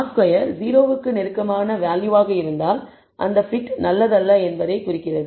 R2 0 க்கு நெருக்கமான வேல்யூவாக இருந்தால் அது fit நல்லதல்ல என்பதைக் குறிக்கிறது